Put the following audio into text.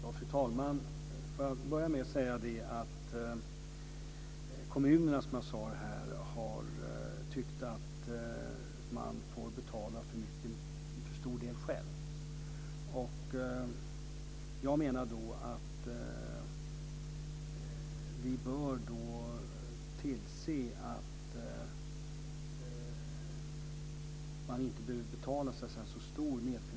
Fru talman! Får jag börja med att säga att kommunerna har tyckt att man får betala för stor del själva. Jag menar att vi bör se till att man inte behöver betala så stor del.